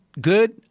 good